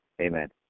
Amen